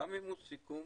גם אם הוא סיכום